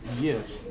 yes